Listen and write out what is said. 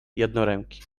jednoręki